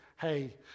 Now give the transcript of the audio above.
hey